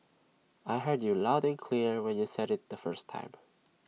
I heard you loud and clear when you said IT the first time